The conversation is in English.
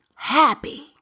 Happy